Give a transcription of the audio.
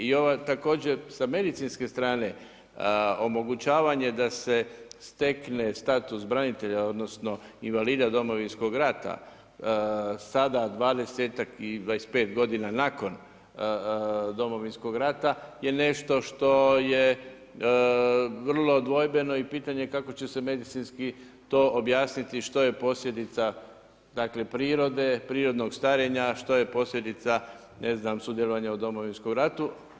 I ovo također sa medicinske strane omogućavanje da se stekne status branitelja, odnosno invalida domovinskog rata sada 20-ak i 25 godina nakon domovinskog rata je nešto što je vrlo dvojbeno i pitanje kako će se medicinski to objasniti što je posljedica, dakle prirode, prirodnog starenja, što je posljedica ne znam sudjelovanja u domovinskom ratu.